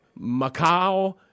Macau